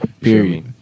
Period